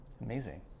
amazing